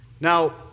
Now